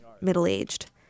middle-aged